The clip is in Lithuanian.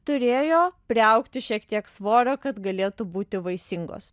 turėjo priaugti šiek tiek svorio kad galėtų būti vaisingos